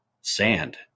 sand